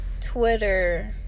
Twitter